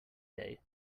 day